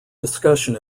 discussion